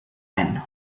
ein